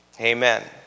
Amen